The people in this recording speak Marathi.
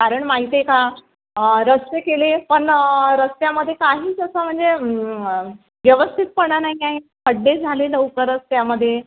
कारण माहीत आहे का रस्ते केले पण रस्त्यामध्ये काहीच असं म्हणजे व्यवस्थितपणा नाही काही खड्डे झाले लवकरच त्यामध्ये